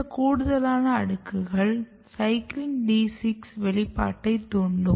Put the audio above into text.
இந்த கூடுதலான அடுக்குகள் CYCLIN D யின் வெளிப்பாட்டை தூண்டும்